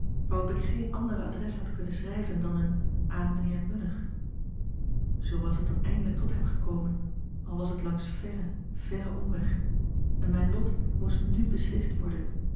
waarop ik geen ander adres had kunnen schrijven dan een aan mijnheer muller zoo was het dan eindelijk tot hem gekomen al was het langs verren verren omweg en mijn lot moest n beslist worden